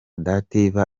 dative